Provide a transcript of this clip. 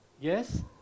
yes